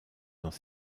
dans